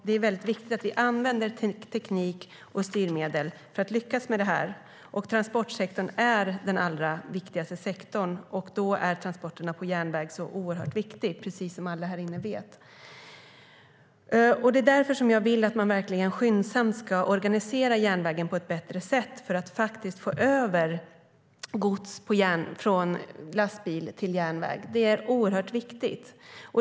Det är väldigt viktigt att vi använder teknik och styrmedel för att lyckas med det här. Transportsektorn är den allra viktigaste sektorn, och transporterna på järnväg är oerhört viktiga, som alla här inne vet. Det är därför jag verkligen vill att man skyndsamt ska organisera järnvägen på ett bättre sätt för att få över gods från lastbil till järnväg. Det är oerhört viktigt.